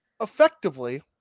Effectively